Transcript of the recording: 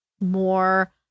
more